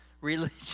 religion